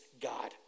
God